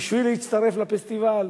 בשביל להצטרף לפסטיבל.